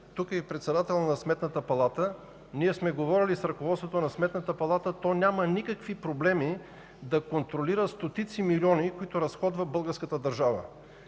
Тук е председателят на Сметната палата. Ние сме говорили с ръководството на Сметната палата. То няма никакви проблеми да контролира стотици милиони, които разходва българската държава.